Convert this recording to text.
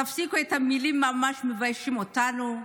תפסיקו את המילים שממש מביישות אותנו,